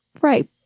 Right